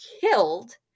killed